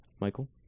Michael